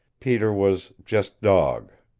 peter was just dog.